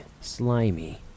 slimy